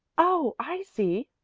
oh, i see.